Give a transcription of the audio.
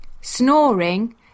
Snoring